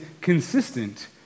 consistent